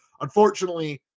Unfortunately